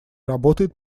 работает